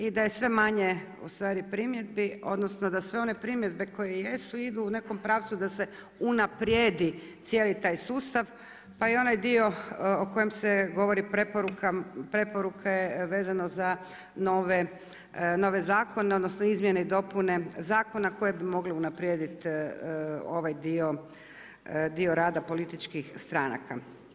I da je sve manje u stvari primjedbi, odnosno, da sve one primjedbe koje jesu idu u nekom pravcu da se unaprijedi cijeli taj sustav, pa i onaj dio o kojem se govori preporuke vezane za nove zakone, odnosno, izmjene i dopune zakona koje bi mogle unaprijediti ovaj dio, dio rada političkih stranaka.